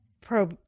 pro